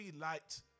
light